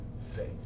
faith